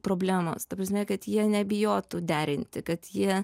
problemos ta prasme kad jie nebijotų derinti kad jie